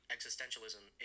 Existentialism